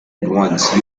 ones